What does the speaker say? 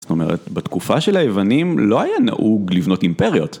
זאת אומרת, בתקופה של היוונים לא היה נהוג לבנות אימפריות.